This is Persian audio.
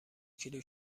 کیلو